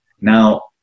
Now